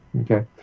Okay